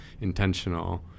intentional